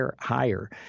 higher